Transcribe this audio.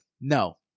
No